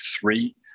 three